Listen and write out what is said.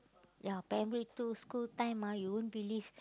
ya primary two school time ah you won't believe